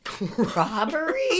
Robbery